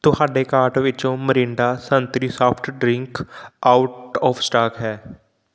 ਤੁਹਾਡੇ ਕਾਰਟ ਵਿੱਚੋਂ ਮਰਿੰਡਾ ਸੰਤਰੀ soft drink out of stock ਹੈ